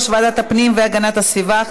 לוועדת העבודה, הרווחה והבריאות נתקבלה.